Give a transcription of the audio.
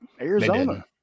Arizona